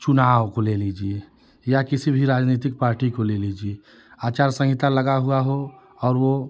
चुनाव को ले लीजिए या किसी भी राजनीतिक पार्टी को ले लीजिए अचार संहिता लगा हुआ हो और वह